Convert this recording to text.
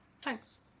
Thanks